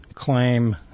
Claim